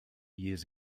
years